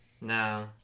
No